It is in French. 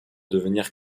devenir